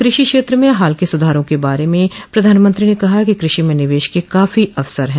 कृषि क्षेत्र में हाल के सुधारों के बारे में प्रधानमंत्री ने कहा कि कृषि में निवेश के काफी अवसर हैं